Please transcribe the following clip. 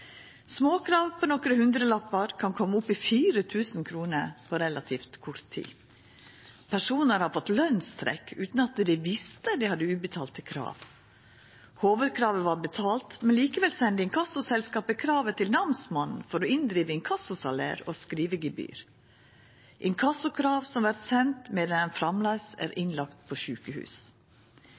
Småkrav på nokre hundrelappar kan koma opp i 4 000 kr på relativt kort tid. Personar har fått lønstrekk utan at dei visste at dei hadde ubetalte krav. Hovudkravet har vore betalt, men likevel har inkassoselskapet sendt kravet til namsmannen for å driva inn inkassosalær og skrivegebyr. Inkassokrav har vorte sende medan ein framleis er innlagd på sjukehus.